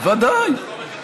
ודאי.